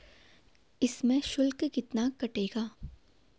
इसमें शुल्क कितना कटेगा?